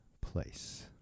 place